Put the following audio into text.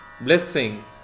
blessing